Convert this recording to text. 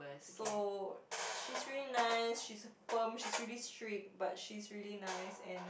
so she's really nice she's firm she's really strict but she's really nice and